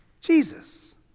Jesus